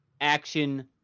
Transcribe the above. action